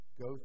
go